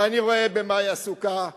ואני רואה במה היא עסוקה,